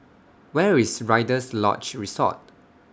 Where IS Rider's Lodge Resort